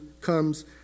comes